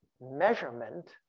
measurement